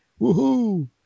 woohoo